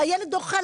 והילד אוכל,